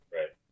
Right